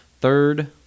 Third